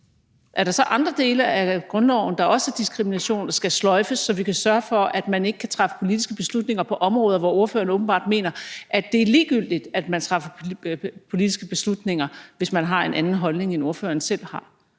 Er der så andre dele af grundloven, der også er diskrimination og skal sløjfes, så vi kan sørge for, at man ikke kan træffe politiske beslutninger på områder, hvor ordføreren åbenbart mener det er ligegyldigt, at man træffer politiske beslutninger, hvis man har en anden holdning, end ordføreren selv har?